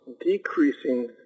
decreasing